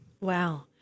Wow